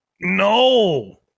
No